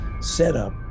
setup